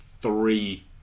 three